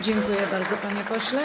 Dziękuję bardzo, panie pośle.